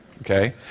okay